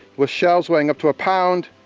with shells weighing up to a pound,